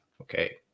Okay